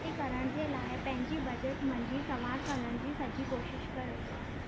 बचति करण जे लाइ पंहिंजी बजट मंझि संवारकरण जी सॼी कोशिशि कयो